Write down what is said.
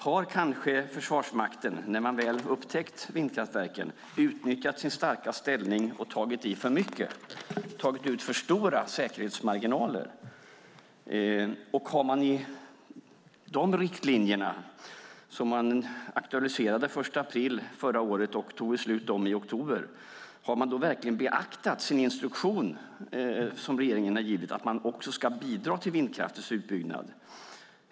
Har kanske Försvarsmakten, när man väl upptäckt vindkraftverken, utnyttjat sin starka ställning och tagit i för mycket, tagit ut för stora säkerhetsmarginaler? Och har man i de riktlinjer som man aktualiserade den 1 april förra året och fattade beslut om i oktober verkligen beaktat den instruktion som regeringen har givit, att man också ska bidra till vindkraftens utbyggnad?